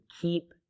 keep